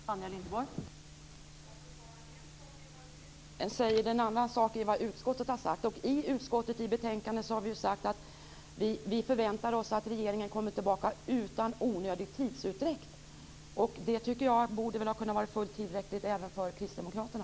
Fru talman! En sak är vad regeringen säger, en annan sak är vad utskottet har sagt. I utskottets betänkande säger vi att vi förväntar oss att regeringen kommer tillbaka utan onödig tidsutdräkt. Det tycker jag borde vara fullt tillräckligt även för kristdemokraterna.